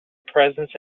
presence